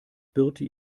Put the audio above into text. birte